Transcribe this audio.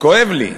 כואב לי.